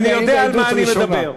הנה, עדות ראשונה.